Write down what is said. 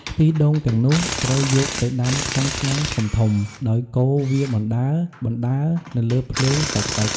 ខ្ទិះដូងទាំងនោះត្រូវយកទៅដាំក្នុងឆ្នាំងធំៗ ដោយកូរវាបណ្តើរៗនៅលើភ្លើងតិចៗ។